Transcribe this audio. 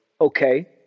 okay